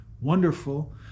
wonderful